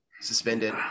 suspended